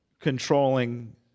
controlling